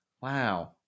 Wow